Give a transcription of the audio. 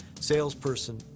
salesperson